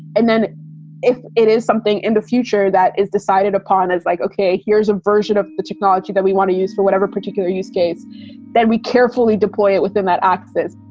and then if it is something in the future that is decided upon is like, ok, here's a version of the technology that we want to use for whatever particular use case that we carefully deploy it with them at axis.